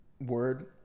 word